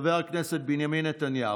חבר הכנסת בנימין נתניהו,